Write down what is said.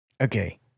okay